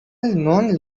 known